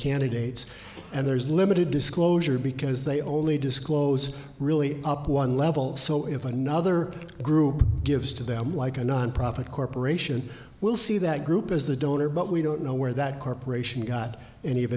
candidates and there's limited disclosure because they only disclose really up one level so if another group gives to them like a nonprofit corp aeration will see that group as the donor but we don't know where that corporation got any of